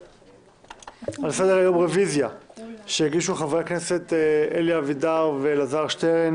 על סדר היום רביזיה שהגישו חברי הכנסת אלי אבידר ואלעזר שטרן